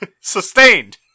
Sustained